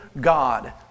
God